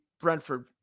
brentford